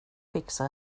fixa